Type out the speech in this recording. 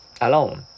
alone